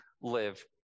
live